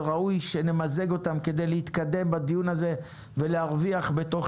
וראוי שנמזג אותם כדי להתקדם בדיון הזה ולהרוויח בתוך